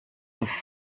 have